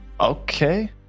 Okay